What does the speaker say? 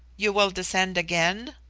you will descend again?